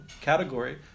category